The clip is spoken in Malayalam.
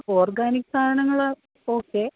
ഓർഗാനിക് സാധനങ്ങൾ ഓക്കെ